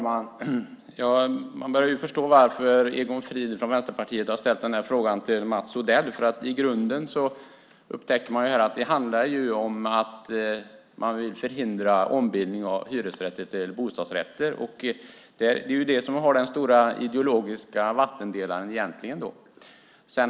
Herr talman! Jag börjar förstå varför Egon Frid från Vänsterpartiet har ställt interpellationen till Mats Odell. I grunden upptäcker jag att det ju handlar om att man vill förhindra ombildning av hyresrätter till bostadsrätter. Det är det som är den stora ideologiska vattendelaren egentligen.